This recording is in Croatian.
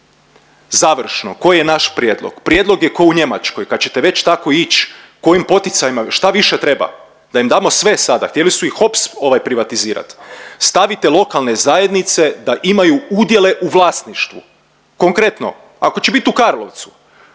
Završno. Koji je naš prijedlog? Prijedlog je ko u Njemačkoj kad ćete već tako ić kojim poticajima, šta više treba, da im damo sve sada. Htjeli su i HOPS privatizirat. Stavite lokalne zajednice da imaju udjele u vlasništvu. Konkretno, ako će bit u Karlovcu,